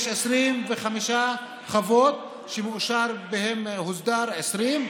יש 25 חוות והוסדרו 20,